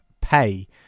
pay